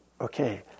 okay